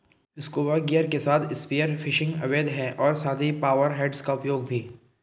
scuba gear के साथ spear fishing अवैध है और साथ ही पावर हेड्स का उपयोग भी